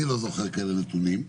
אני לא זוכר כאלה נתונים,